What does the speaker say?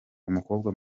umukobwa